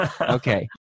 Okay